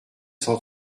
cent